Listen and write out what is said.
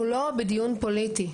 אנחנו לא בדיון פוליטי,